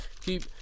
Keep